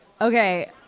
Okay